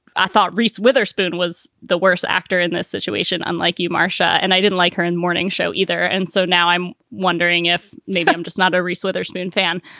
i thought reese witherspoon was the worst actor in this situation. unlike you, marcia, and i didn't like her in the morning show either. and so now i'm wondering if maybe i'm just not a reese witherspoon fan,